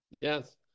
Yes